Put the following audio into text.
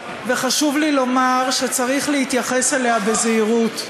וחשוב לי לומר שצריך להתייחס אליה בזהירות.